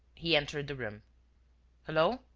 he entered the room hullo!